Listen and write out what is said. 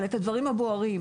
אבל את הדברים הבוערים,